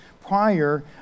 prior